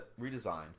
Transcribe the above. redesigned